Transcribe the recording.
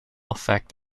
effect